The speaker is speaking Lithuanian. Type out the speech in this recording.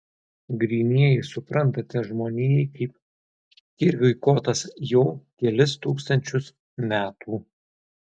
grynieji suprantate žmonijai kaip kirviui kotas jau kelis tūkstančius metų